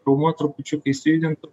raumuo trupučiuką išsijudintų